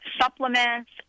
supplements